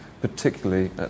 particularly